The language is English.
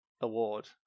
award